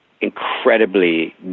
incredibly